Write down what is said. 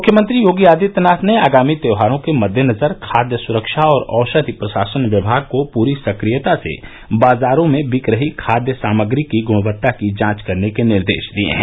मुख्यमंत्री योगी आदित्यनाथ ने आगामी त्यौहारों के मद्देनजर खाद्य सुरक्षा और औषधि प्रशासन विभाग को पूरी सक्रियता से बाजारों में बिक रही खाद्य सामग्री की गुणवत्ता की जांच करने के निर्देश दिए हैं